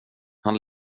han